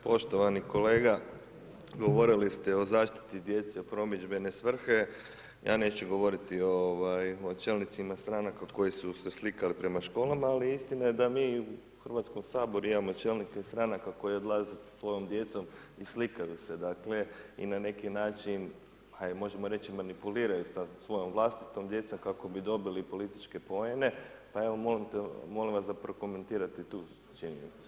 Poštovani kolega, govorili ste o zaštiti djece u promidžbene svrhe, ja neću govoriti o čelnicima stranaka koji su se slikali prema školama, ali istina je da mi u Hrvatskom saboru imamo čelnike stranaka koji odlaze sa svojom djecom i slikaju se i na neki način, a i možemo reći manipuliraju i sa svojom vlastitom djecom kako bi dobili političke poene pa evo molim vas da prokomentirate i tu činjenicu?